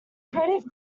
creative